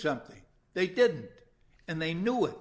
something they did and they knew it